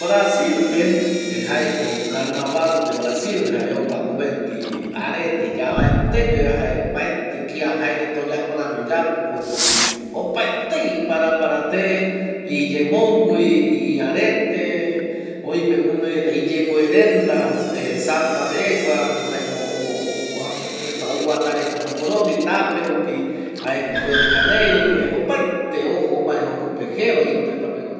Brazil pe jaeko carnaval de Brazil jae ko mopeti arete yavaete güe va jae mbaeti kia jaereta ramia oyapo jokoüi opaetei iparapara te iyemongüi y arete oime gunoi reta iyemoerenda samba regua kurei apo ou oguata reta jokoropi tape rupi jaeko rio de janeiro pe opaete ojo omae jokope je va iru teta pegua